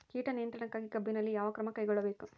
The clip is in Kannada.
ಕೇಟ ನಿಯಂತ್ರಣಕ್ಕಾಗಿ ಕಬ್ಬಿನಲ್ಲಿ ಯಾವ ಕ್ರಮ ಕೈಗೊಳ್ಳಬೇಕು?